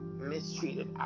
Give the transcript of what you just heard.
mistreated